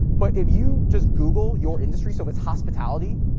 but if you just google you're industry. so if it's hospitality,